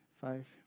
five